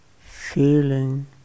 feeling